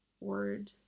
word